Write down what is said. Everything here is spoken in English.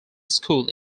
school